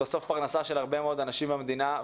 בסוף זאת פרנסה של הרבה מאוד אנשים במדינה.